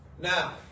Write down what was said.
Now